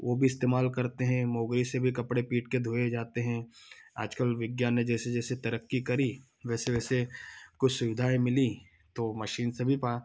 वह भी इस्तेमाल करते हैं मोगई से भी कपड़े पीट के धोए जाते हैं आजकल विज्ञान ने जैसे जैसे तरक्की करी वैसे वैसे कुछ सुविधाएँ मिली तो मशीन से भी